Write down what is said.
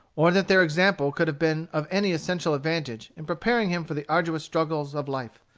or that their example could have been of any essential advantage in preparing him for the arduous struggle of life.